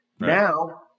Now